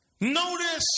Notice